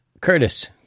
Curtis